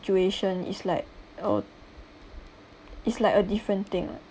situation is like a is like a different thing ah